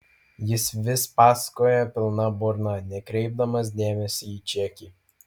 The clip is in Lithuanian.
jis vis pasakojo pilna burna nekreipdamas dėmesio į čekį